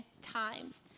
times